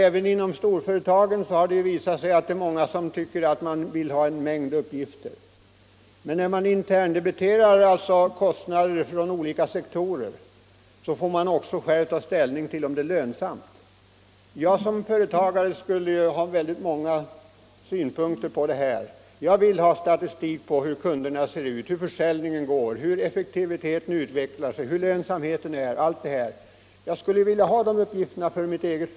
Även inom storföretagen har det nämligen visat sig att många vill ha fram en mängd uppgifter. När man då interndebiterar kostnader från olika sektorer får man själv ta ställning till om det är lönsamt eller inte, vad man vill åstadkomma. Om jag som företagare vill ha uppgifter för mitt eget företag, t.ex. om hur kunderna ser ut, hur försäljningen går, hur effektiviteten utvecklas, hur lönsamheten är, osv., då ställs jag inför frågan: Vad kostar det?